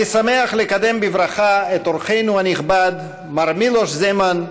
אני שמח לקדם בברכה את אורחנו הנכבד מר מילוש זמאן,